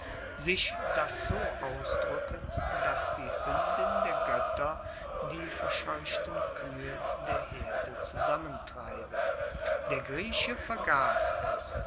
sich das so ausdruecken dass die huendin der goetter die verscheuchten kuehe der herde zusammentreibe der grieche vergass es